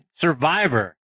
survivor